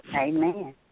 Amen